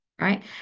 right